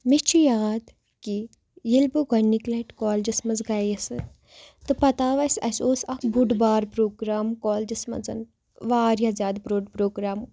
مےٚ چھُ یاد کہِ ییٚلہِ بہٕ گۄڑنِکہِ لَٹہِ کالجَس مَنٛز گٔے یَس تہٕ پَتہٕ آو اَسہِ اَسہِ اوس اَکھ بوٚڑ بارٕ پروگرام کالجیس مَنٛز واریاہ زیادٕ بوٚڑ پروگرام اوس